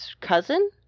cousin